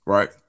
Right